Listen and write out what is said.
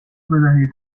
بدهید